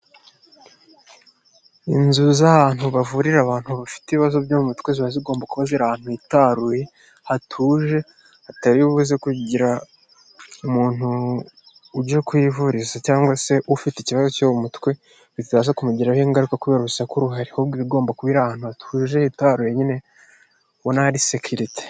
Inzu z'abantu bavurira abantu bafite ibibazo byo mutwe ziba zigomba kuba ahantu hitaruye, hatuje atari ubuze kugira umuntu ujya kuvuriza cyangwa se ufite ikibazo cy cyo muwo mutwe bitaza kumugiraho ingaruka kubera urusaku hari ibigomba kubi ahantu thujuje itaro wenyinenebonanari sekirite.